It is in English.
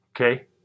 Okay